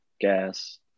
gas